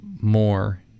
more